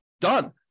Done